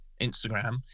Instagram